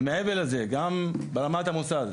ומעבר לזה, גם ברמת המוסד,